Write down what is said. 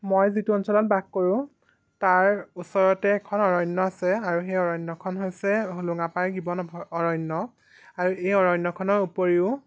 মই যিটো অঞ্চলত বাস কৰোঁ তাৰ ওচৰতে এখন অৰণ্য আছে আৰু সেই অৰণ্যখন হৈছে হোলোঙাপাৰ গিবন অৰণ্য আৰু এই অৰণ্যখনৰ উপৰিও